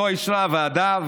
שאותו אישרה הוועדה,